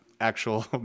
actual